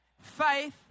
faith